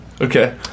Okay